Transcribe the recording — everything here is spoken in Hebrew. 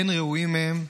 אין ראויים מהם.